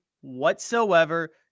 whatsoever